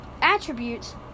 attributes